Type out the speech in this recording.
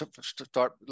start